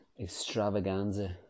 extravaganza